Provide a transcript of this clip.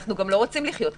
אנחנו גם לא רוצים לחיות כך.